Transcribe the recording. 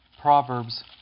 Proverbs